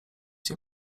się